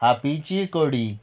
खापीची कडी